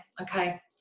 okay